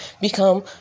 become